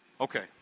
Okay